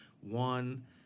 one